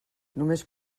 només